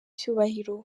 cyubahiro